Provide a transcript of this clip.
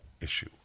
issue